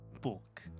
book